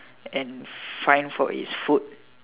and find for its food